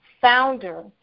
founder